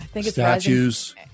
Statues